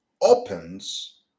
opens